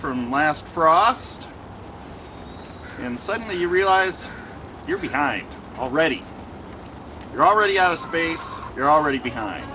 from last frost and suddenly you realize you're behind already you're already out of space you're already behind